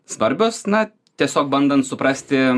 svarbios na tiesiog bandant suprasti